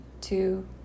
two